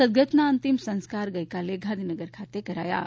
સદગતના અંતિમ સંસ્કાર ગઇકાલે ગાંધીનગર ખાતે કરાયા હતા